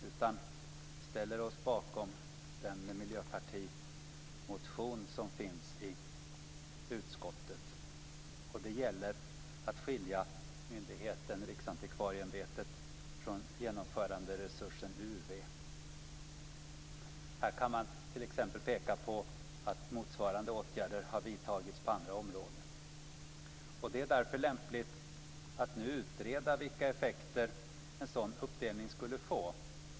I stället ställer vi oss bakom Miljöpartiets motion. Det gäller då att skilja myndigheten Riksantikvarieämbetet från genomföranderesursen UV. Här kan man peka på att motsvarande åtgärder har vidtagits på andra områden. Det är därför lämpligt att nu utreda vilka effekter en sådan uppdelning skulle få.